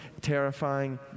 terrifying